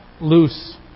loose